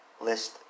list